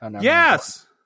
yes